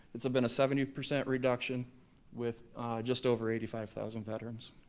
it's been a seventy percent reduction with just over eighty five thousand veterans.